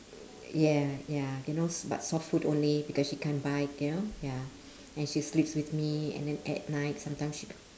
ya ya you know s~ but soft food only because she can't bite you know ya and she sleeps with me and then at night sometimes she